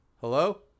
hello